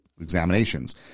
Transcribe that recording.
examinations